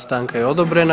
Stanka je odobrena.